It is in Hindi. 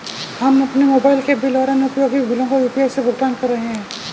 हम अपने मोबाइल के बिल और अन्य उपयोगी बिलों को यू.पी.आई से भुगतान कर रहे हैं